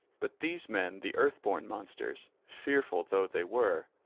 but these men the earthborn monsters, fearful though they were,